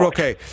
Okay